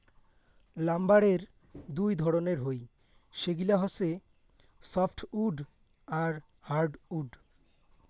লাম্বারের দুই ধরণের হই, সেগিলা হসে সফ্টউড আর হার্ডউড